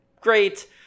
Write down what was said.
great